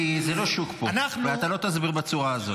כי זה לא שוק פה, ואתה לא תסביר בצורה הזאת.